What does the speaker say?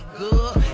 good